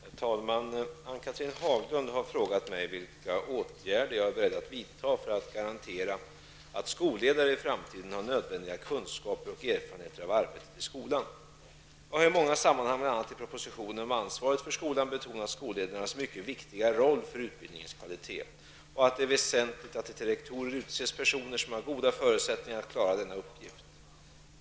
Herr talman! Ann-Cathrine Haglund har frågat mig vilka åtgärder jag är beredd att vidta för att garantera att skolledare i framtiden har nödvändiga kunskaper och erfarenheter av arbetet i skolan. Jag har i många sammanhang, bl.a. i propositionen om ansvaret för skolan betonat skolledarnas mycket viktiga roll för utbildningens kvalitet, och att det är väsentligt att det till rektorer utses personer som har goda förutsättningar att klara denna uppgift.